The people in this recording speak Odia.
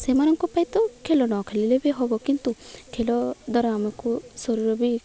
ସେମାନଙ୍କ ପାଇଁ ତ ଖେଳ ନଖେଳିଲେ ବି ହବ କିନ୍ତୁ ଖେଳ ଦ୍ୱାରା ଆମକୁ ଶରୀର ବି